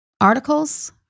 articles